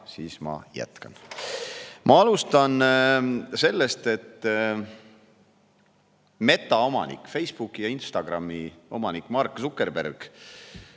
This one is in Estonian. siis ma jätkan. Ma alustan sellest, et Meta omanik, Facebooki ja Instagrami omanik Mark Zuckerberg